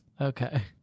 Okay